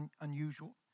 unusual